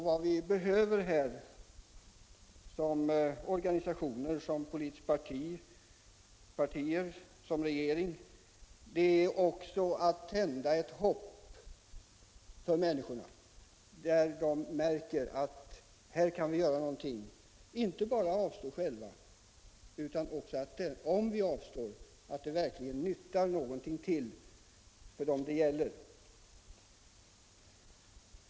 Vad vi behöver göra såsom organisationer, politiska partier och regering är att tända ett hopp för människorna så att de märker att de kan göra någonting — inte bara avstå själva utan också se till att det verkligen nyttar någonting till för dem det gäller.